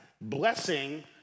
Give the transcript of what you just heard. blessing